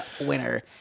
winner